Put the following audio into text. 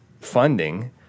funding